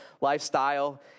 lifestyle